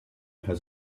has